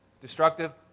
destructive